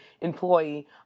employee